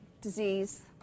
disease